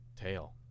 tail